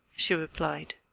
she replied.